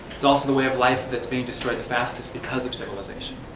it's also the way of life that's being destroyed the fastest because of civilization.